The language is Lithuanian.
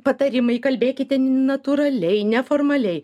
patarimai kalbėkite natūraliai neformaliai